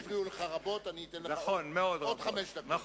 הואיל והפריעו לך רבות, אני אתן לך עוד חמש דקות.